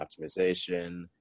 optimization